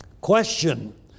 Question